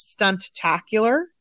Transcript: Stuntacular